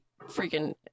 freaking